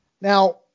now